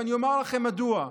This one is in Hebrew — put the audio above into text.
ואני אומר לכם מדוע: